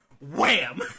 wham